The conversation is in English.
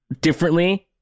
differently